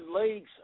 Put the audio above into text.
leagues